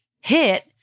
hit